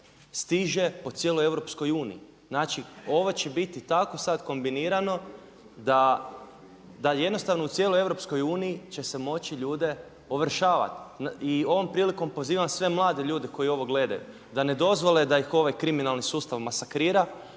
stiže po cijeloj EU. Znači, ovo će biti tako sad kombinirano da jednostavno u cijeloj EU će se moći ljude ovršavati. I ovom prilikom pozivam sve mlade ljude koji ovo gledaju da ne dozvole da ih ovaj kriminalni sustav masakrira,